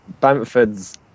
Bamford's